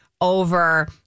over